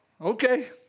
okay